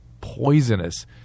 poisonous